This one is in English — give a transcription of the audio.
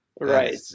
right